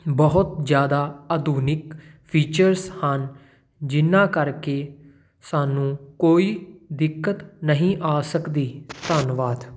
ਬਹੁਤ ਜ਼ਿਆਦਾ ਆਧੁਨਿਕ ਫੀਚਰਸ ਹਨ ਜਿਹਨਾਂ ਕਰਕੇ ਸਾਨੂੰ ਕੋਈ ਦਿੱਕਤ ਨਹੀਂ ਆ ਸਕਦੀ ਧੰਨਵਾਦ